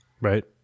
Right